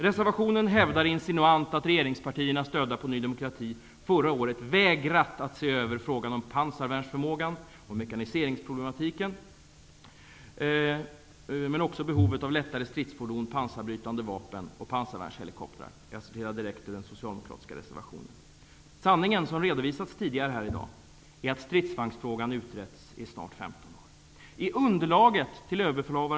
Reservationen hävdar insinuant att regeringspartierna stödda på Ny demokrati förra året vägrat att se över frågan om pansarvärnsförmågan och mekaniseringsproblematiken och även behovet av lättare stridsfordon, pansarbrytande vapen och pansarvärnshelikoptrar. Detta var direkt ur den socialdemokratiska reservationen. Sanningen, som redovisats tidigare här i dag, är att stridsvagnsfrågan utretts i snart 15 år.